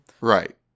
Right